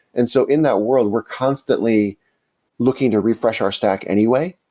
and so in that world, we're constantly looking to refresh our stack anyway.